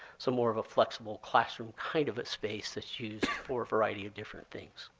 so more of a flexible classroom kind of of space that's used for a variety of different things.